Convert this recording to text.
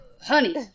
Honey